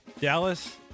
Dallas